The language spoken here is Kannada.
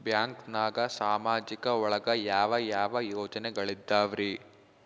ಬ್ಯಾಂಕ್ನಾಗ ಸಾಮಾಜಿಕ ಒಳಗ ಯಾವ ಯಾವ ಯೋಜನೆಗಳಿದ್ದಾವ್ರಿ?